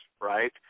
Right